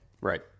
Right